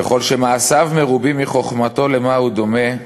וכל שמעשיו מרובין מחוכמתו, למה הוא דומה?